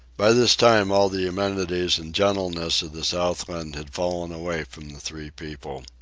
by this time all the amenities and gentlenesses of the southland had fallen away from the three people.